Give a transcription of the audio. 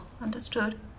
Understood